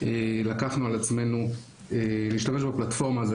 לקחנו על עצמנו להשתמש בפלטפורמה הזאת